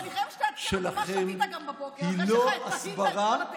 אני חייבת שתעדכן אותי מה שעשית בבוקר אחרי שמנית את כל,